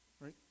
right